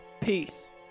peace